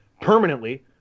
permanently